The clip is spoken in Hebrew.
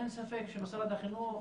אין ספק שמשרד החינוך,